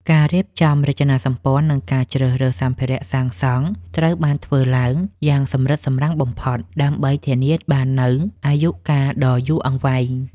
ការរៀបចំរចនាសម្ព័ន្ធ និងការជ្រើសរើសសម្ភារៈសាងសង់ត្រូវបានធ្វើឡើងយ៉ាងសម្រិតសម្រាំងបំផុត ដើម្បីធានាបាននូវអាយុកាលដ៏យូរអង្វែង។